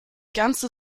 ganze